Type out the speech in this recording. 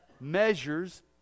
measures